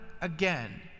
again